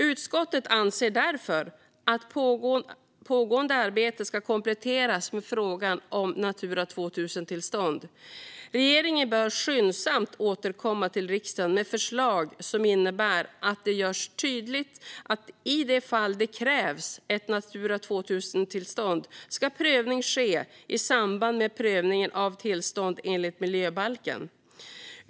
Utskottet anser därför att pågående arbete ska kompletteras med frågan om Natura 2000-tillstånd. Regeringen bör skyndsamt återkomma till riksdagen med förslag som innebär att det görs tydligt att det i de fall det krävs ett Natura 2000-tillstånd ska prövning ske i samband med prövningen av tillstånd enligt miljöbalken.